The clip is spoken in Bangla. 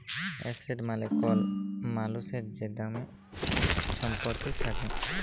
এসেট মালে কল মালুসের যে দামি ছম্পত্তি থ্যাকে